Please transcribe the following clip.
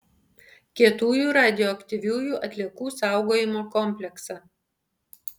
kietųjų radioaktyviųjų atliekų saugojimo kompleksą